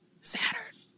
Saturn